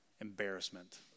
embarrassment